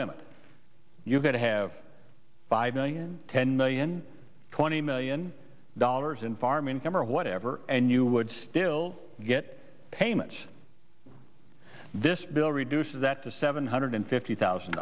limit you gotta have five million ten million twenty million dollars in farm income or whatever and you would still get payments this bill reduces that to seven hundred fifty thousand